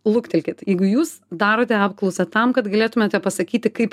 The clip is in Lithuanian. luktelkit jeigu jūs darote apklausą tam kad galėtumėte pasakyti kaip